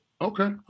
Okay